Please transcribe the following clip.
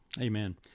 Amen